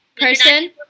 Person